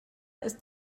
ist